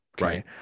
Right